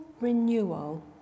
renewal